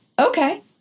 okay